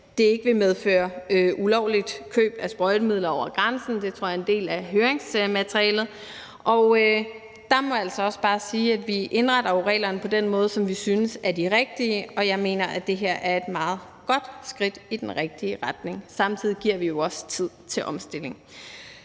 det tror jeg er en del af høringsmaterialet. Der må jeg altså også bare sige, at vi indretter reglerne på den måde, som vi synes er den rigtige, og jeg mener, at det her er et meget godt skridt i den rigtige retning. Samtidig giver vi jo også tid til omstilling.